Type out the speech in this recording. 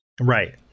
Right